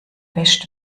wäscht